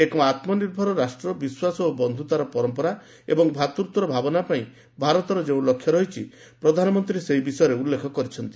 ଏକ ଆତ୍ମନିର୍ଭର ରାଷ୍ଟ୍ର ବିଶ୍ୱାସ ଓ ବନ୍ଧୁତାର ପରମ୍ପରା ଏବଂ ଭ୍ରାତୃତ୍ୱର ଭାବନା ପାଇଁ ଭାରତର ଯେଉଁ ଲକ୍ଷ୍ୟ ରହିଛି ପ୍ରଧାନମନ୍ତ୍ରୀ ସେହି ବିଷୟରେ ଉଲ୍ଲେଖ କରିଛନ୍ତି